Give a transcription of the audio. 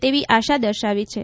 તેવી આશા દર્શાવી છે